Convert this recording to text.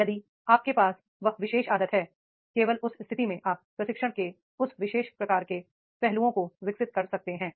यदि आपके पास वह विशेष आदत है केवल उस स्थिति में आप प्रशिक्षण के उस विशेष प्रकार के पहलुओं को विकसित कर सकते हैं